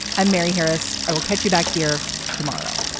i'm mary harris. i will catch you back here tomorrow